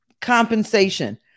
Compensation